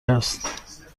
است